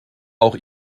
auch